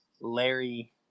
Larry